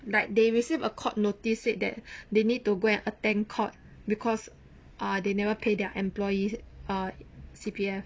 like they receive a court notice said that they need to go and attend court because ah they never pay their employees ah C_P_F